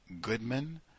Goodman